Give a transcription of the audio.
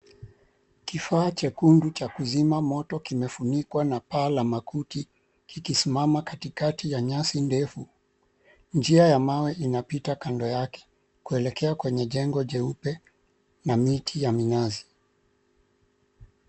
Kifaa chekundu cha kuzima moto kimefunikwa na paa la makuti kikisimama katikati ya nyasi ndefu. Njia ya mawe inapita kando yake kuelekea kwenye jengo jeupe na miti ya minazi.